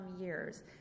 years